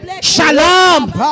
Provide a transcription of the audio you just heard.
shalom